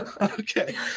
okay